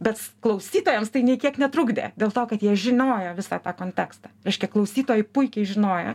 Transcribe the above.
bet klausytojams tai nei kiek netrukdė dėl to kad jie žinojo visą tą kontekstą reiškia klausytojai puikiai žinojo